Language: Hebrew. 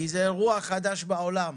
מדובר באירוע חדש בכלל בעולם.